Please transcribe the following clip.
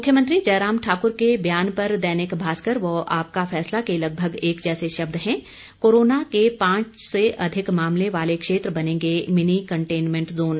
मुख्यमंत्री जयराम ठाक्र के बयान पर दैनिक भास्कर व आपका फैसला के लगभग एक जैसे शब्द हैं कोरोना के पांच से अधिक मामले वाले क्षेत्र बनेंगे मिनी कंटेनमेंट जोन